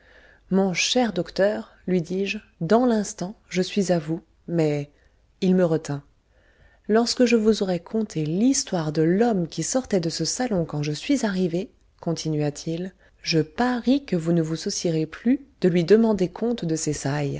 mon cher docteur lui dis-je dans l'instant je suis à vous mais il me retint lorsque je vous aurai conté l'histoire de l'homme qui sortait de ce salon quand je suis arrivé continua-t-il je parie que vous ne vous soucierez plus de lui demander compte de ses